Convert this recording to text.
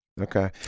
Okay